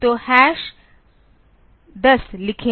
तो 10 लिखें